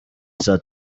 saa